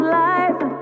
life